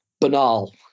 banal